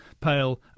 pale